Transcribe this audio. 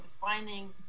finding